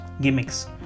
gimmicks